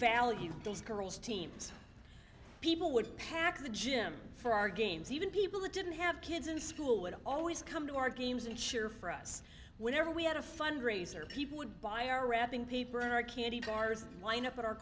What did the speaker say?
valued those girls teams people would pack the gym for our games even people who didn't have kids in school would always come to our games and cheer for us whenever we had a fundraiser people would buy our wrapping paper or a candy bars line up at our